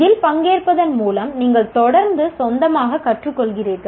இதில் பங்கேற்பதன் மூலம் நீங்கள் தொடர்ந்து சொந்தமாகக் கற்றுக்கொள்கிறீர்கள்